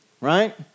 Right